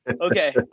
Okay